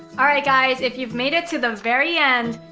alright guys, if you've made it to the very end.